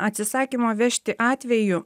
atsisakymo vežti atveju